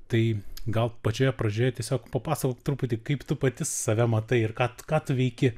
tai gal pačioje pradžioje tiesiog papasakok truputį kaip tu pati save matai ir ką ką tu veiki